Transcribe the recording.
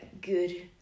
good